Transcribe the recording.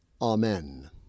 Amen